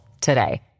today